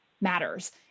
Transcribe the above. matters